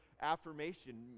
affirmation